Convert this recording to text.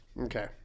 Okay